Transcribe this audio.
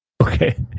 Okay